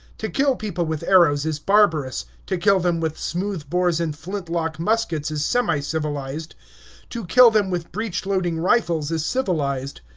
to kill people with arrows is barbarous to kill them with smooth-bores and flintlock muskets is semi-civilized to kill them with breech-loading rifles is civilized.